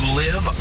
live